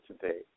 today